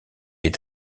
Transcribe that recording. est